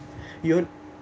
you